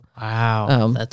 wow